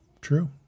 True